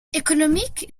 economic